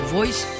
Voice